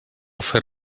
fer